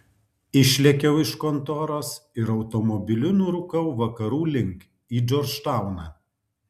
išlėkiau iš kontoros ir automobiliu nurūkau vakarų link į džordžtauną